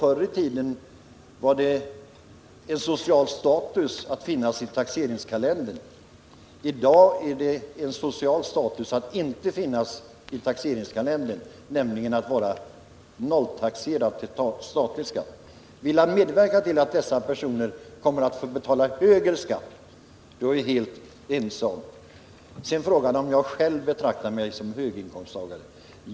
Förr i tiden var det hög social status att finnas med i taxeringskalendern. I dag är det hög social status att inte finnas med i taxeringskalendern utan i stället vara nolltaxerad till statlig skatt. Vill Bo Lundgren medverka till att dessa personer får betala högre skatt — då är vi överens. Sedan frågade Bo Lundgren om jag själv betraktar mig som höginkomsttagare.